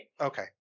okay